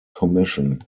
commission